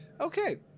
Okay